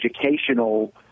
Educational